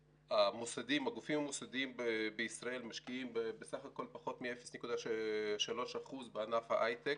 הגופים המוסדיים בישראל משקיעים בסך הכול פחות מ-0.3% בענף ההיי-טק.